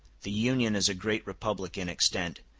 the union is a great republic in extent,